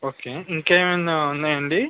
okay ఇంకేమైనా ఉన్నాయా అండి